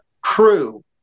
crew